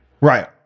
right